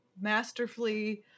masterfully